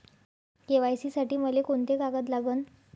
KYC साठी मले कोंते कागद लागन?